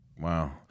Wow